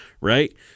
right